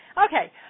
Okay